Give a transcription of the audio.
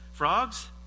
Frogs